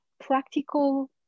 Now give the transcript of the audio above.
practical